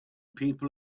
people